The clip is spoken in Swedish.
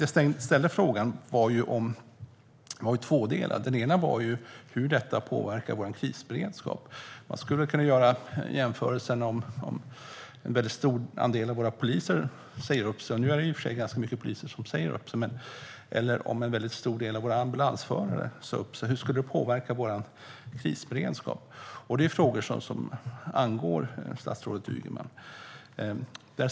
Jag hade två delar i min fråga. Den ena handlar om hur detta påverkar vår krisberedskap. Man skulle kunna göra en jämförelse med om en väldigt stor andel av våra poliser säger upp sig - visserligen säger ganska många poliser redan nu upp sig - eller om en stor del av våra ambulansförare gör det. Hur skulle detta påverka vår krisberedskap? Detta är frågor som angår statsrådet Ygeman.